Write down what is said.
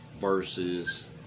versus